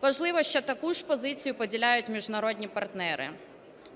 Важливо, що таку ж позицію поділяють міжнародні партнери.